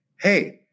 hey